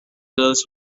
girls